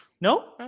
No